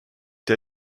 der